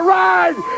ride